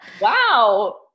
Wow